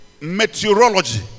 meteorology